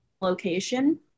location